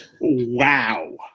Wow